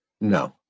No